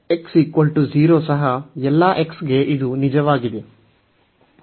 ವಾಸ್ತವವಾಗಿ x 0 ಸಹ ಎಲ್ಲಾ x ಗೆ ಇದು ಈಗ ನಿಜವಾಗಿದೆ